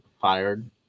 fired